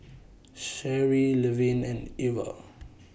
Sharee Levin and Irva